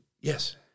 Yes